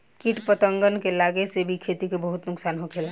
किट पतंगन के लागे से भी खेती के बहुत नुक्सान होखेला